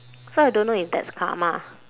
so I don't know if that's karma